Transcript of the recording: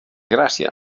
gràcia